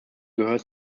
gehört